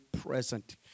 present